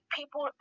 people